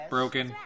Broken